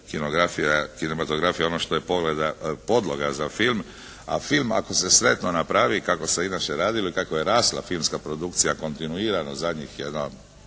Kinematografija je ono što je podloga za film. A film ako se sretno napravi kako se inače radilo ili kako je rasla filmska produkcija kontinuirano zadnjih jedno